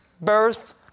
birth